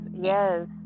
yes